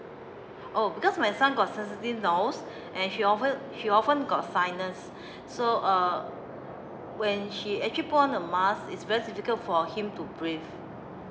oh because my son got sensitive nose and she often she often got sinus so uh when she actually put on a mask is very difficult for him to breath